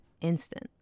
instant